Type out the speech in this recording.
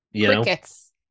Crickets